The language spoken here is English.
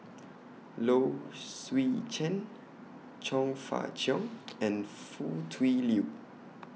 Low Swee Chen Chong Fah Cheong and Foo Tui Liew